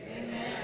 Amen